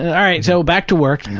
and all right, so back to work.